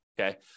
Okay